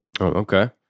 okay